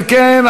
אם כן,